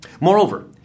Moreover